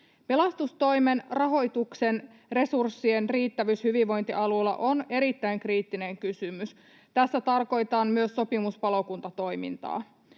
Pelastustoimen rahoituksen resurssien riittävyys hyvinvointialueilla on erittäin kriittinen kysymys. Tässä tarkoitan myös sopimuspalokuntatoimintaa.